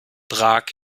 prag